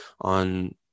on